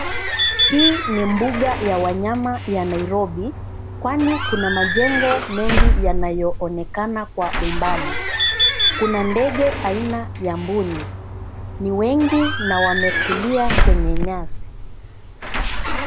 Hii ni mbuga ya wanyama ya nairobi kwani kuna majengo mengi yanayoonekana kwa umbali. Kuna ndege aina ya mbuni. Ni wengi na wametulia kwenye nyasi